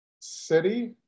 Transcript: city